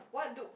what do